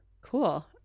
Cool